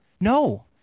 No